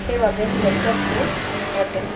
সেইবাবেহে লেপটপটো ইম্প'ৰ্টেণ্ট